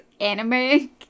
anime